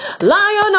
Lion